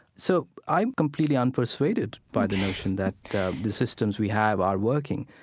so i'm completely unpersuaded by the notion that the systems we have are working.